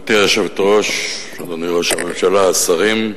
גברתי היושבת-ראש, אדוני ראש הממשלה, השרים,